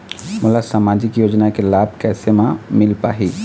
मोला सामाजिक योजना के लाभ कैसे म मिल पाही?